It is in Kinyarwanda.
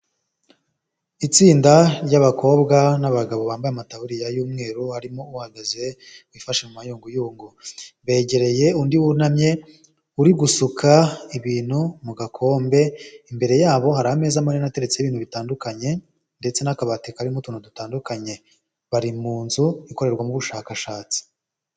Itsinda ry'abakobwa n'abagabo bambaye amataburiya y'umweru harimo uhagaze, wifashe mu mayunguyungu, begereye undi wunamye uri gusuka ibintu mu gakombe, imbere yabo hari ameza manini ateretseho ibintu bitandukanye, ndetse n'akabati karimo utuntu dutandukanye, bari mu nzu ikorerwamo ubushakashatsi.